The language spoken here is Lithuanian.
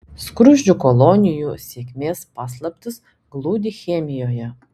skruzdžių kolonijų sėkmės paslaptis glūdi chemijoje